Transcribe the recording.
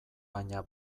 baina